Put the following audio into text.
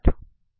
16 j 0